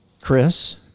Chris